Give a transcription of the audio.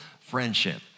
friendship